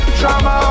drama